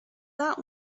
that